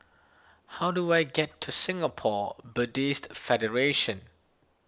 how do I get to Singapore Buddhist Federation